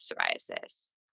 psoriasis